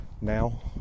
now